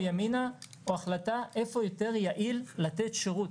ימינה הוא החלטה איפה יותר יעיל לתת שירות,